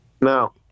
No